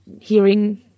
hearing